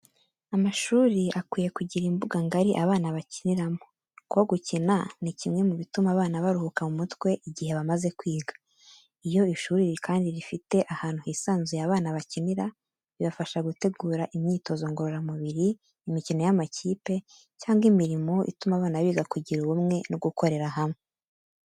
Amashuri akwiye kugira imbuga ngari abana bakiniramo, kuko gukina ni kimwe mu bituma abana baruhuka mu mutwe igihe bamaze kwiga. Iyo ishuri kandi rifite ahantu hisanzuye abana bakinira, bibafasha gutegura imyitozo ngororamubiri, imikino y'amakipe cyangwa imirimo ituma abana biga kugira ubumwe no gukorera hamwe.